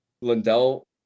Lindell